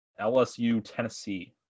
LSU-Tennessee